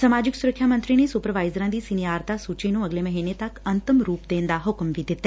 ਸਮਾਜਿਕ ਸੁਰੱਖਿਆ ਮੰਤਰੀ ਨੇ ਸੁਪਰਵਾਈਜ਼ਰਾਂ ਦੀ ਸੀਨੀਆਰਤਾ ਸੂਚੀ ਨੂੰ ਅਗਲੇ ਮਹੀਨੇ ਤੱਕ ਅੰਤਮ ਰੂਪ ਦੇਣ ਦਾ ਹੁਕਮ ਵੀ ਦਿੱਤਾ